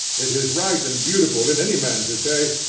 it is right and beautiful in any man to say,